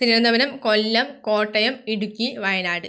Thiruvananthapuram Kollam Kottayam Idukki Wayanad